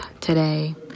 today